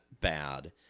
bad